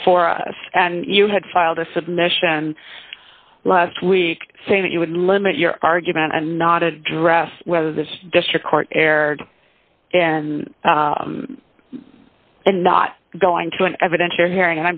before us and you had filed a submission last week saying that you would limit your argument and not address whether this district court errored in and not going to an evidentiary hearing